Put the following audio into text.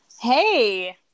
Hey